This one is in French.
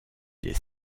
des